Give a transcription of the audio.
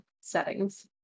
settings